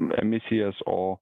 emisijas o